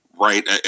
right